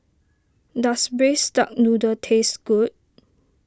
does Braised Duck Noodle taste good